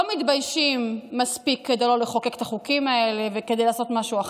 לא מתביישים מספיק כדי לא לחוקק את החוקים האלה וכדי לעשות משהו אחר,